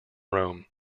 rome